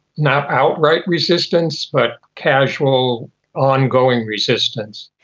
not outright resistance but casual ongoing resistance.